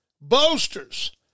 boasters